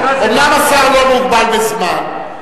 אומנם השר לא מוגבל בזמן,